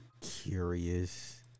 curious